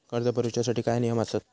कर्ज भरूच्या साठी काय नियम आसत?